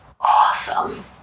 awesome